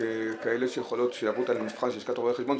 כאלה שעברו את המבחן של לשכת רואי החשבון?